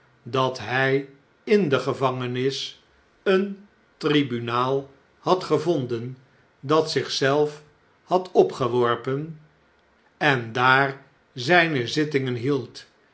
dat lnj in de gevangenis een tribunaal had gevonden dat zich zelf had opgeworpen en daar zpe zittingen hield